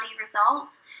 results